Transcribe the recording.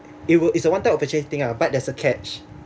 it will it's a one time opportunity thing ah but there's a catch